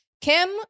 Kim